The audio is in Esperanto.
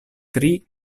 tri